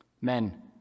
Men